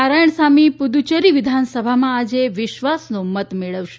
નારાયણસામી પુદુચેરી વિધાનસભામાં આજે વિશ્વાસનો મત મેળવશે